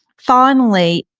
finally,